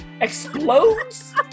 explodes